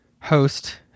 host